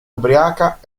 ubriaca